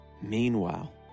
Meanwhile